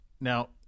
Now